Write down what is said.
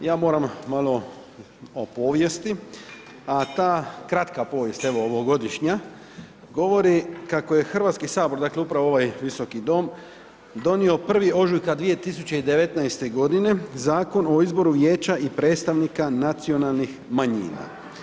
Ja moram malo o povijesti, a ta kratka povijest, evo, ovogodišnja, govori kako je HS, dakle, upravo ovaj Visoki dom, donio 1. ožujka 2019.g. Zakon o izboru vijeća i predstavnika nacionalnih manjina.